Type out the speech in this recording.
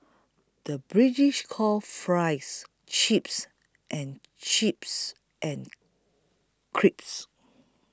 the British calls Fries Chips and chips and crisps